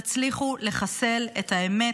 תצליחו לחסל את האמת,